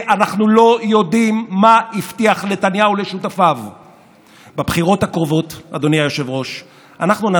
הצגת תוצרי הביקורת, החוק קובע